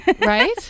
Right